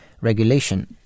regulation